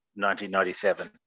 1997